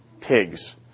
pigs